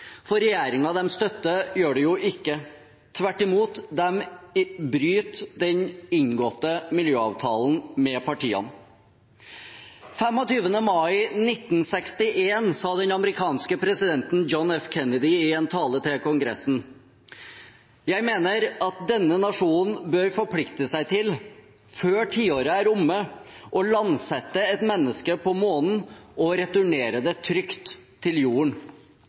for regjeringen de støtter, gjør det jo ikke. Tvert imot, de bryter den inngåtte miljøavtalen med partiene. Den 25. mai 1961 sa den amerikanske presidenten John F. Kennedy i en tale til kongressen: «Jeg mener at denne nasjonen bør forplikte seg til – før tiåret er omme – å landsette et menneske på Månen og returnere det trygt til Jorden.»